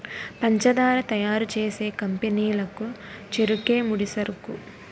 పంచదార తయారు చేసే కంపెనీ లకు చెరుకే ముడిసరుకు